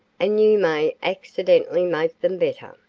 and you may accidentally make them better.